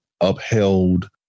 upheld